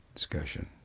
Discussion